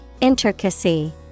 Intricacy